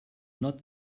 not